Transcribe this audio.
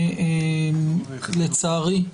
לצערי,